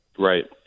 Right